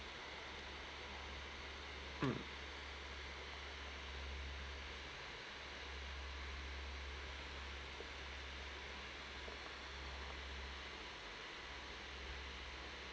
mm